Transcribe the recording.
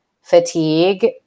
fatigue